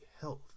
health